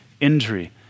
injury